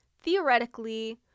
theoretically